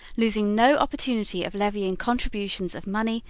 losing no opportunity of levying contributions of money,